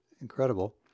incredible